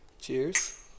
Cheers